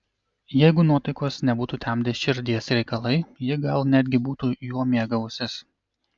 jeigu nuotaikos nebūtų temdę širdies reikalai ji gal netgi būtų juo mėgavusis